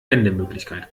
wendemöglichkeit